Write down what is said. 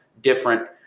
different